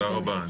תודה רבה.